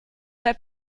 pas